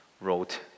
wrote